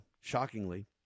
shockingly